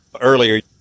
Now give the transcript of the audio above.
earlier